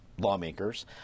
lawmakers